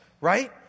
right